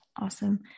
Awesome